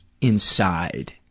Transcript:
inside